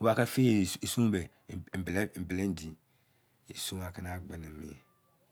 braase e kon ne.